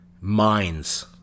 minds